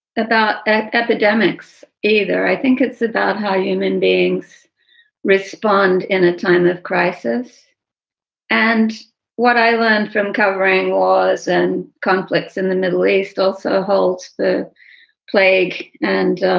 about ah epidemics either i think it's about how human beings respond in a time of crisis and what i learned from covering wars and conflicts in the middle east also holds the plague and